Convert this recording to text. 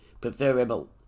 preferable